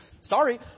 sorry